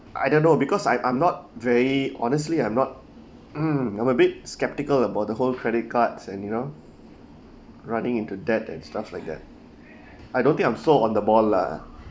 I don't know because I I'm not very honestly I'm not mm I'm a bit skeptical about the whole credit cards and you know running into debt and stuff like that I don't think I'm so on the ball lah